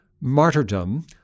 martyrdom